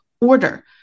order